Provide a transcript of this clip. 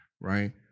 Right